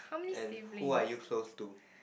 and who are you close to